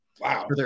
Wow